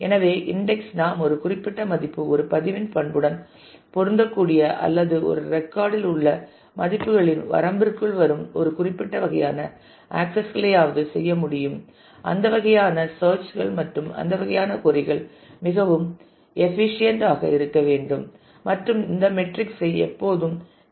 எனவே இன்டெக்ஸ் நாம் ஒரு குறிப்பிட்ட மதிப்பு ஒரு பதிவின் பண்புடன் பொருந்தக்கூடிய அல்லது ஒரு ரெக்கார்ட் இல் உள்ள மதிப்புகளின் வரம்பிற்குள் வரும் ஒரு குறிப்பிட்ட வகையான ஆக்சஸ் களையாவது செய்ய முடியும் அந்த வகையான சேர்ச் கள் மற்றும் அந்த வகையான கொறி கள் மிகவும் ஏபிசியண்ட் ஆக இருக்க வேண்டும் மற்றும் இந்த மெட்ரிக்ஸ் ஐ எப்போதும் நினைவில் கொள்ள வேண்டும்